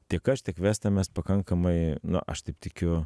tiek aš tiek vesta mes pakankamai na aš taip tikiu